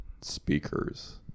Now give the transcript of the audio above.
speakers